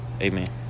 Amen